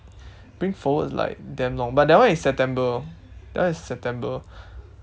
bring forward like damn long but that one is september that one is september